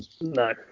no